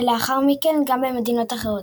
ולאחר מכן גם במדינות אחרות,